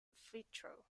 vitro